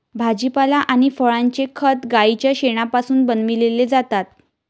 भाजीपाला आणि फळांचे खत गाईच्या शेणापासून बनविलेले जातात